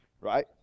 right